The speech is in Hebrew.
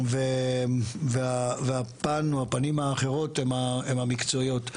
והפנים האחרות הם המקצועיות,